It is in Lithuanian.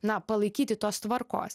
na palaikyti tos tvarkos